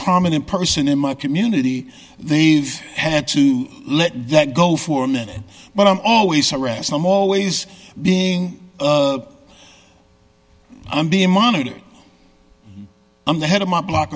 prominent person in my community they've had to let that go for a minute but i'm always harassed i'm always being i'm being monitored i'm the head of my black